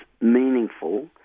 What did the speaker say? meaningful